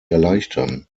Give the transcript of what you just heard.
erleichtern